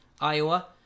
iowa